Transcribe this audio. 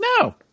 No